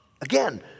Again